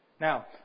Now